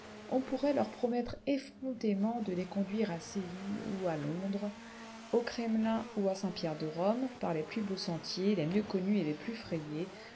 on pourrait leur promettre effrontément de les conduire à séville ou à londres au kremlin ou à saint-pierre de rome par les plus beaux sentiers les mieux connus et les plus frayés